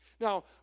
Now